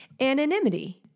anonymity